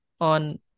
on